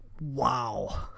wow